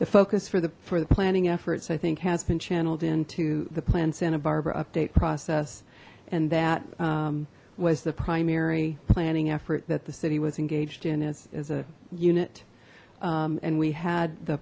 the focus for the for the planning efforts i think has been channeled into the plan santa barbara update process and that was the primary planning effort that the city was engaged in as a unit and we had the